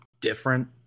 different